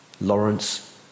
Lawrence